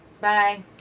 Bye